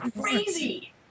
crazy